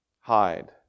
hide